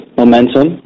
momentum